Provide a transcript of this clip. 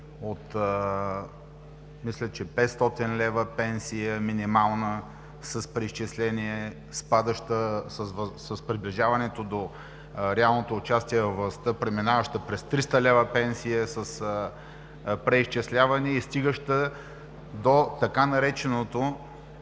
минимална пенсия 500 лв. с преизчисления, спадаща с приближаването до реалното участие във властта и преминаваща през 300 лв. пенсия с преизчисляване, стигаща до тъй нареченото